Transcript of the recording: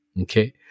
Okay